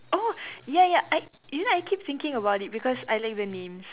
oh ya ya I you know I keep thinking about it because I like the names